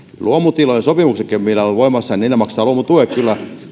luomutiloille joiden sopimukset ovat voimassa maksetaan luomutuet kyllä